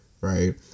right